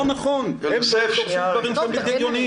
לא נכון, הם דורשים דברים שהם הגיוניים.